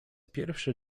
pierwszy